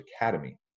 Academy